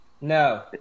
No